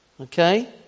Okay